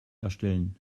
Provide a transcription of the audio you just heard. erstellen